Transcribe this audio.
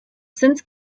since